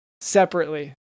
separately